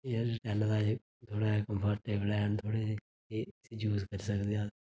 Airtel दा जे थोह्ड़ा एह् कम्फर्टेबल हैन थोह्ड़े जे एह् यूज करी सकदे अस